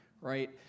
right